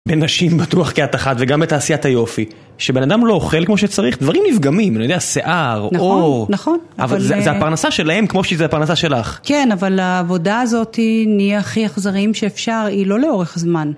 בין נשים בטוח כעת אחת וגם בתעשיית היופי שבן אדם לא אוכל כמו שצריך, דברים נפגמים, אני יודע, שיער, אור נכון, נכון אבל זה הפרנסה שלהם כמו שזה הפרנסה שלך כן, אבל העבודה הזאת נהיה הכי אכזריים שאפשר, היא לא לאורך זמן